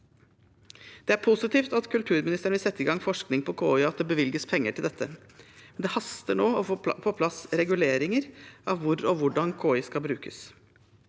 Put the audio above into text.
Det er positivt at kulturministeren vil sette i gang forskning på KI, og at det bevilges penger til dette. Det haster nå å få på plass reguleringer av hvor og hvordan KI skal brukes.